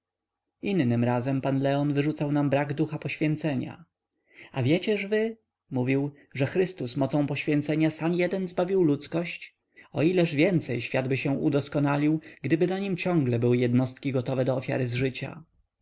innym razem pan leon wyrzucał nam brak ducha poświęcenia a wiecież wy mówił że chrystus mocą poświęcenia sam jeden zbawił ludzkość o ileż więc światby się udoskonalił gdyby na nim ciągle były jednostki gotowe do ofiary z życia